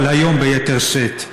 אבל היום ביתר שאת.